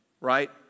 right